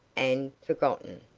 and forgotten.